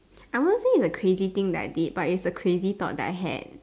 I won't say it's a crazy thing that I did but it's a crazy thought that I had